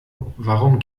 warum